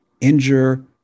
injure